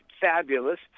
fabulous